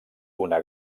una